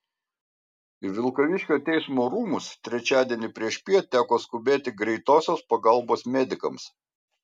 į vilkaviškio teismo rūmus trečiadienį priešpiet teko skubėti greitosios pagalbos medikams